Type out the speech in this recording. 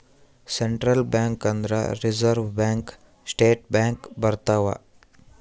central bank ಅಂದ್ರ reserve bank state bank ಬರ್ತವ